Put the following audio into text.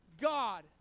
God